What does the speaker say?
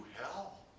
hell